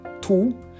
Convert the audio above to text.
two